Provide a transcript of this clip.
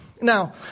Now